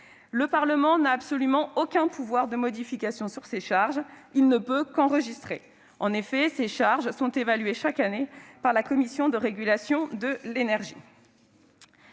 le Parlement n'a aucun pouvoir de modification sur ces dépenses ; il ne peut que les enregistrer. En effet, ces charges sont évaluées chaque année par la Commission de régulation de l'énergie